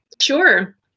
Sure